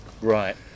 Right